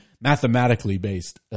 mathematically-based